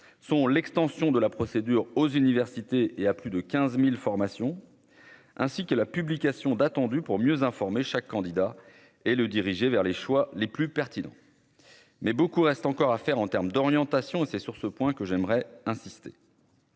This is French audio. sont l'extension de la procédure aux universités et à plus de 15000 formation ainsi que la publication d'attendu pour mieux informer chaque candidat et le diriger vers les choix les plus pertinents, mais beaucoup reste encore à faire en termes d'orientation et c'est sur ce point que j'aimerais insister.